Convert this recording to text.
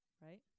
Right